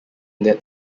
that